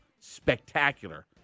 spectacular